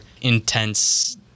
intense